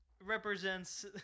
represents